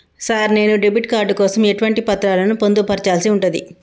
Sir నేను debit card కోసం ఎటువంటి పత్రాలను పొందుపర్చాల్సి ఉంటది?